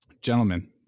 gentlemen